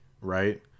right